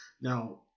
Now